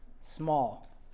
small